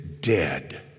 dead